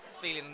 feeling